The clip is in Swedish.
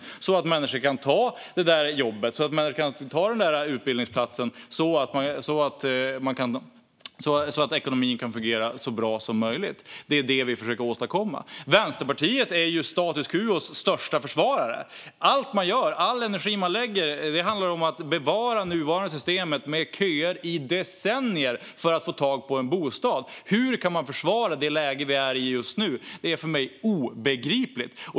Det handlar om att människor ska kunna ta det där jobbet eller den där utbildningsplatsen så att ekonomin kan fungera så bra som möjligt. Det är det vi försöker åstadkomma. Vänsterpartiet är status quos största försvarare. Allt man gör och all energi man lägger ned handlar om att bevara det nuvarande systemet, där människor köar i decennier för att få tag på en bostad. Hur kan man försvara det läge vi är i just nu? Det är för mig obegripligt.